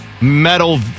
metal